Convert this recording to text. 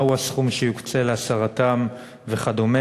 מה הוא הסכום שיוקצה להסרתם וכו',